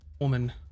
woman